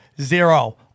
zero